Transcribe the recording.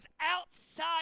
outside